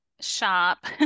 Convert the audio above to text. shop